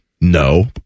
No